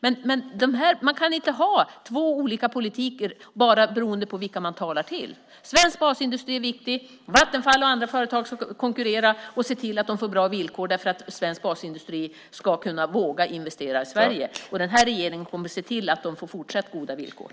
Men man kan inte ha två olika sorters politik beroende på vilka man talar till. Svensk basindustri är viktig. Vattenfall och andra företag ska konkurrera och se till att de får bra villkor därför att svensk basindustri ska kunna våga investera i Sverige. Den här regeringen kommer att se till att de får fortsatt goda villkor.